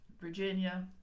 Virginia